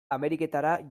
ameriketara